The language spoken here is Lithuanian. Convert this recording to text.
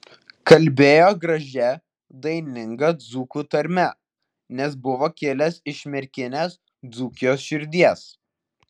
kalbėjo gražia daininga dzūkų tarme nes buvo kilęs iš merkinės dzūkijos širdies